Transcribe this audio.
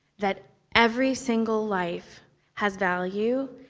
that every single life has value,